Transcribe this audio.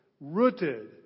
rooted